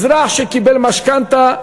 אזרח שקיבל משכנתה,